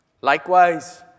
Likewise